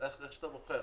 איך שאתה בוחר.